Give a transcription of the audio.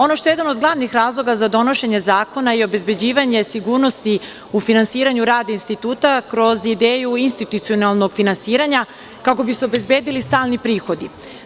Ono što je jedan od glavnih razloga za donošenje zakona i obezbeđivanje sigurnosti u finansiranju rada instituta kroz ideju institucionalnog finansiranja kako bi se obezbedili stalni prihodi.